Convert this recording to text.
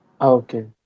Okay